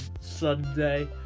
Sunday